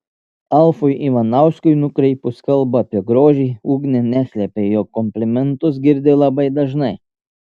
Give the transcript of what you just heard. alfui ivanauskui nukreipus kalbą apie grožį ugnė neslėpė jog komplimentus girdi labai dažnai